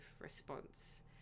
response